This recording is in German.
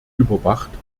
überwacht